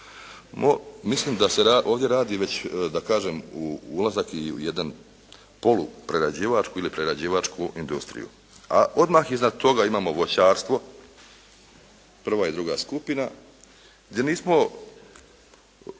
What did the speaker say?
Mislim da se ovdje radi već da kažem ulazak i u jedan poluprerađivačku ili prerađivačku industriju. A odmah iza toga imamo voćarstvo, prva i druga skupina gdje nismo